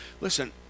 Listen